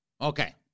Okay